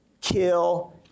kill